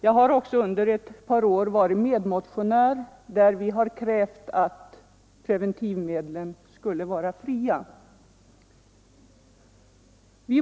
Jag har under ett par år tillhört dem som i motioner krävt att preventivmedlen skulle vara fria.